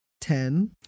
Ten